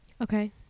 Okay